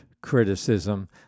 criticism